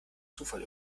zufall